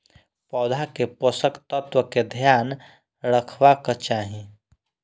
पौधा के पोषक तत्व के ध्यान रखवाक चाही